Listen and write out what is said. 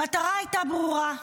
המטרה הייתה ברורה: